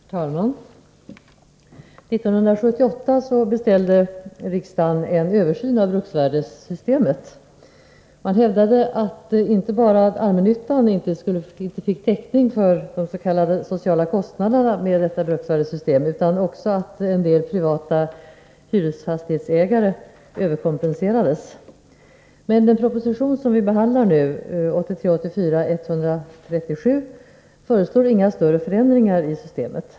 Herr talman! År 1978 beställde riksdagen en översyn av bruksvärdessystemet. Man hävdade inte bara att allmännyttan inte fick täckning för de s.k. sociala kostnaderna med detta bruksvärdessystem utan också att en del privata hyresfastighetsägare överkompenserades. I den proposition som vi nu behandlar, 1983/84:137, föreslås inga större förändringar av systemet.